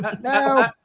No